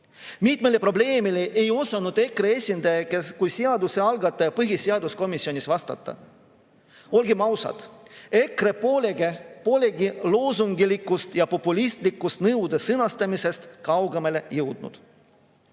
Mitmele probleemile ei osanud EKRE esindaja kui seaduse algataja põhiseaduskomisjonis vastata. Olgem ausad, EKRE polegi loosunglikust ja populistlikust nõude sõnastamisest kaugemale jõudnud.